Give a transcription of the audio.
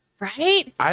Right